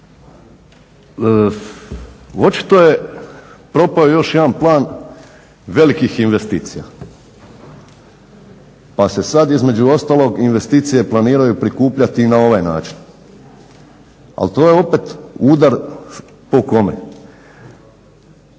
Očito je propao još jedan plan velikih investicija pa se sada između ostalog investicije planiraju prikupljati i na ovaj način. Ali to je opet udar po kome?